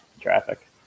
traffic